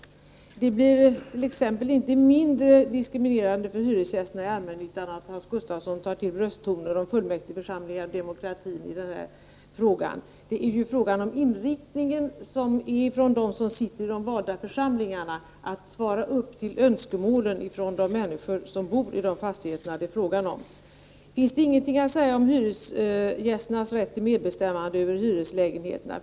Hyresgästerna i allmännyttan blir t.ex. inte mindre diskriminerade därför att Hans Gustafsson tar till brösttoner i fråga om fullmäktigeförsamlingar och demokrati i den här frågan. Det gäller ju om de som sitter i de valda församlingarna har den inriktningen att de skall godkänna önskemålen från de människor som bor i dessa fastigheter. Finns det ingenting att säga om hyresgästernas rätt till medbestämmande över hyreslägenheterna?